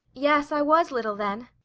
yes, i was little then.